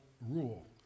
rule